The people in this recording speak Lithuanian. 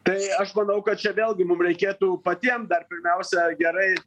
tai aš manau kad čia vėlgi mum reikėtų patiem dar pirmiausia gerai